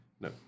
No